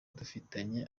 dufitanye